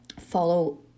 follow